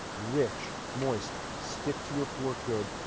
rich, moist, stick to your fork good.